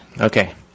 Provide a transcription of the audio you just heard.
Okay